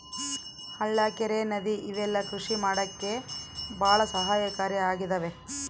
ಹಳ್ಳ ಕೆರೆ ನದಿ ಇವೆಲ್ಲ ಕೃಷಿ ಮಾಡಕ್ಕೆ ಭಾಳ ಸಹಾಯಕಾರಿ ಆಗಿದವೆ